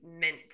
meant